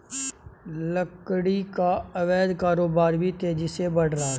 लकड़ी का अवैध कारोबार भी तेजी से बढ़ रहा है